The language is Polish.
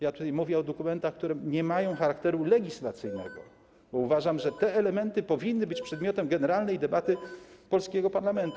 Ja tutaj mówię o dokumentach, które nie mają charakteru legislacyjnego, bo uważam, że te elementy powinny być przedmiotem generalnej debaty polskiego parlamentu.